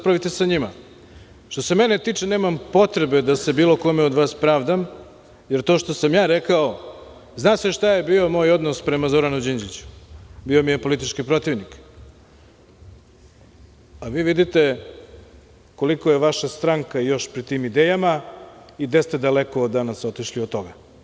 Što se mene tiče nemam potrebe da se bilo kome od vas pravdam jer to što sam rekao, zna se šta je bio moj odnos prema Zoranu Đinđiću, bio mi je politički protivnik, a vi vidite koliko je vaša stranka još pri tim idejama i gde ste daleko danas otišli od toga.